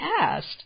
asked